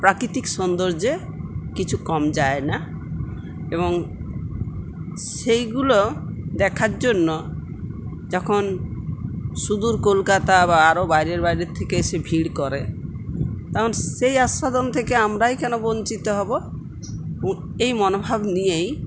প্রাকৃতিক সৌন্দর্যে কিছু কম যায় না এবং সেইগুলো দেখার জন্য যখন সুদূর কলকাতা বা আরও বাইরে বাইরের থেকে এসে ভিড় করে তখন সেই আস্বাদন থেকে আমরাই কেন বঞ্চিত হব এই মনোভাব নিয়েই